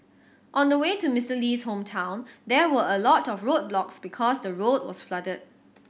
on the way to Mister Lee's hometown there were a lot of roadblocks because the road was flooded